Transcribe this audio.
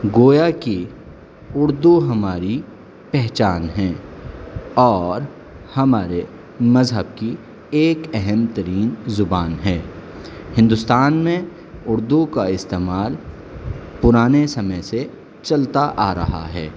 گویا کہ اردو ہماری پہچان ہے اور ہمارے مذہب کی ایک اہم ترین زبان ہے ہندوستان میں اردو کا استعمال پرانے سمے سے چلتا آ رہا ہے